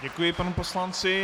Děkuji panu poslanci.